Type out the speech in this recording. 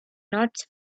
not